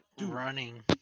running